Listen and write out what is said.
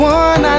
one